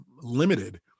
limited